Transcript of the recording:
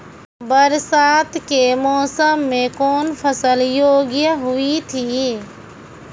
बरसात के मौसम मे कौन फसल योग्य हुई थी?